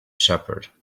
shepherd